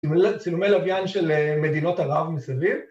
‫צילומי לוויאן של מדינות ערב מסביב.